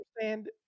understand